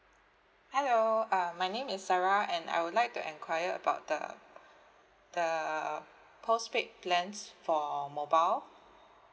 hello uh my name is sarah and I would like to enquire about the the postpaid plans for mobile